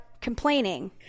complaining